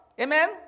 Amen